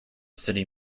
city